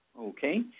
Okay